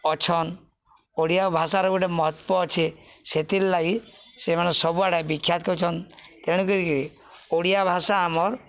ଅଛନ୍ ଓଡ଼ିଆ ଭାଷାର ଗୋଟେ ମହତ୍ଵ ଅଛେ ସେଥିର୍ଲାଗି ସେମାନେ ସବୁଆଡ଼େ ବିଖ୍ୟାତ୍ ହଉଛନ୍ ତେଣୁକରି କରି ଓଡ଼ିଆ ଭାଷା ଆମର୍